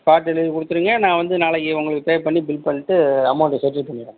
spot delivery கொடுத்துருங்க நான் வந்து நாளைக்கு உங்களுக்கு பே பண்ணி பில் பண்ணிட்டு அமௌண்ட்டை செட்டில் பண்ணிடுறேங்க